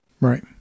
Right